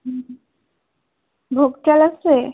হুম ভোগ চাল আছে